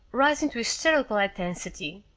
rising to hysterical intensity.